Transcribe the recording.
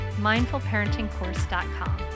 mindfulparentingcourse.com